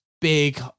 big